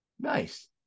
nice